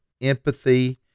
empathy